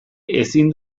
ezin